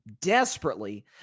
desperately